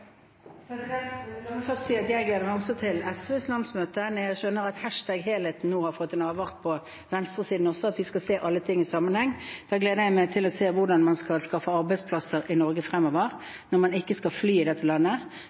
La meg først si at jeg gleder meg til SVs landsmøte når jeg skjønner at #helheten nå også har fått en avart på venstresiden: at vi skal se alle ting i sammenheng. Da gleder jeg meg til å se hvordan man skal skaffe arbeidsplasser i Norge fremover – når man ikke skal fly i dette landet,